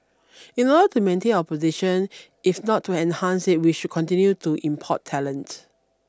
in order to maintain our position if not to enhance it we should continue to import talent